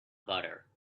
butter